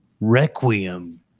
Requiem